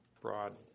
broad